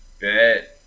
bet